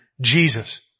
Jesus